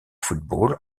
football